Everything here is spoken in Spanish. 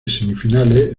semifinales